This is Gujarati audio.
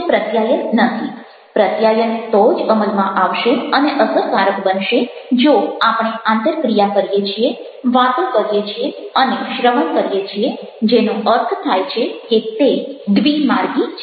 પ્રત્યાયન તો જ અમલમાં આવશે અને અસરકારક બનશે જો આપણે આંતરક્રિયા કરીએ છીએ વાતો કરીએ છીએ અને શ્રવણ કરીએ છીએ જેનો અર્થ થાય છે કે તે દ્વિમાર્ગી છે